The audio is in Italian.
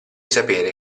sapere